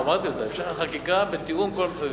אמרתי אותה, המשך החקיקה בתיאום עם כל המשרדים.